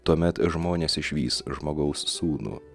tuomet žmonės išvys žmogaus sūnų